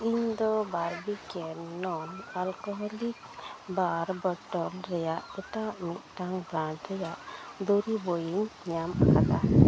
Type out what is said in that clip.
ᱤᱧ ᱫᱚ ᱵᱟᱨᱵᱤᱠᱮᱱ ᱱᱚᱱ ᱟᱞᱠᱳᱦᱳᱞᱤᱠ ᱵᱤᱭᱟᱨ ᱵᱚᱴᱚᱞ ᱨᱮᱭᱟᱜ ᱮᱴᱟᱜ ᱢᱤᱫᱴᱟᱝ ᱵᱨᱟᱱᱰ ᱨᱮᱭᱟᱜ ᱫᱩᱨᱤᱵᱚᱭᱤᱧ ᱧᱟᱢ ᱟᱠᱟᱫᱟ